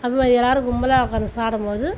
அது மாதிரி எல்லோரும் கும்பலாக உக்கார்ந்து சாப்பிடும் போது